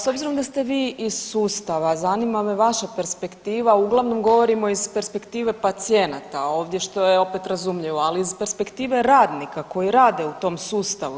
S obzirom da ste vi iz sustava, zanima me vaša perspektiva, uglavnom govorimo iz perspektive pacijenata ovdje, što je opet razumljivo, ali iz perspektive radnika koji rade u tom sustavu.